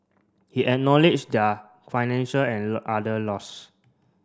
he acknowledged their financial and other loss